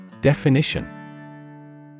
Definition